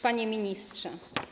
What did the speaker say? Panie Ministrze!